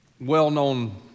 well-known